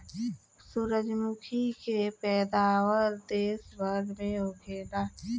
सूरजमुखी के पैदावार देश भर में होखेला